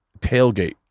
tailgate